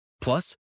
Plus